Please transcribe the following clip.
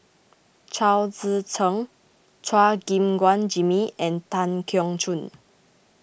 Chao Tzee Cheng Chua Gim Guan Jimmy and Tan Keong Choon